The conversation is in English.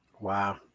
Wow